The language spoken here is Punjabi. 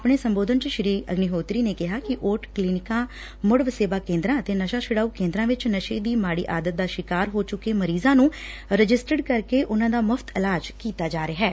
ਆਪਣੇ ਸੰਬੋਧਨ ਚ ਸ੍ੀ ਅਗੱਨੀਹੋਤਰੀ ਨੇ ਕਿਹਾ ਕਿ ਓਟ ਕਲੀਨਿਕਾਂ ਮੁੜ ਵਸੇਬਾ ਕੇਂਦਰਾਂ ਅਤੇ ਨਸ਼ਾ ਛੁਡਾਓ ਕੇਂਦਰਾਂ ਵਿਚ ਨਸ਼ਾ ਦੀ ਮਾਤੀ ਆਦਤ ਦਾ ਸ਼ਿਕਾਰ ਹੋ ਚੁੱਕੇ ਮਰੀਜ਼ਾਂ ਨੂੰ ਰਜਿਸਟਡਰ ਕਰਕੇ ਉਨੂਾਂ ਦਾ ਮੁਫ਼ਤ ਇਲਾਜ ਕੀਤਾ ਜਾ ਰਿਹੈ